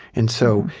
and so,